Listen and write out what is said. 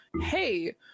hey